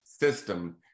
system